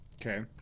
Okay